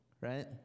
right